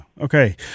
Okay